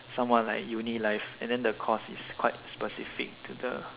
somewhat like uni life and then the course is quite specific to the